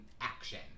action